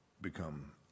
become